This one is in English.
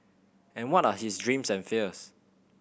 and what are his dreams and fears